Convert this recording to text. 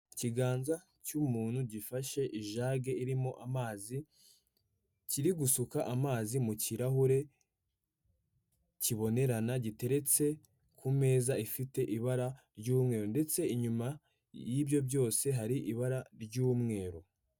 Ikiganza cy'umuntu gifashe ijage irimo amazi kiri gushuka amazi mu kirahure, kibonerana giteretse ku meza ifite ibara ry'umweru ndetse inyuma y'ibyo byose hari ibara ry'umweru.